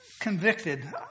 convicted